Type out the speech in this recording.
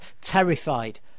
terrified